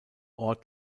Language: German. ort